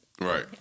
right